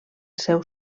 seu